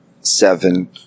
seven